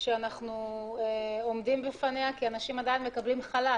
כי אנשים עדיין מקבלים חל"ת.